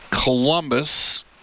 Columbus